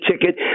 ticket